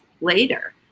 later